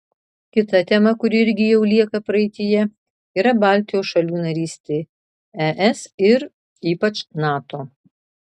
kita tema kuri irgi jau lieka praeityje yra baltijos šalių narystė es ir ypač nato